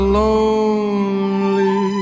lonely